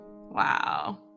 Wow